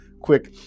quick